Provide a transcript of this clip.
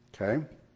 Okay